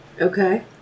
Okay